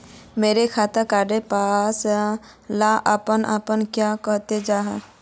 मोर खाता डार पैसा ला अपने अपने क्याँ कते जहा?